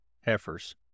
heifers